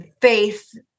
faith